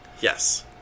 Yes